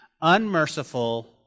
unmerciful